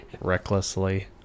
recklessly